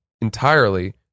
entirely